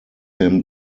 him